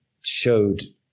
showed